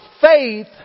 faith